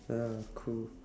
ya cool